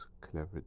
clever